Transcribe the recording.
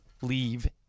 leave